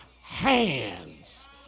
hands